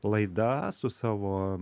laida su savo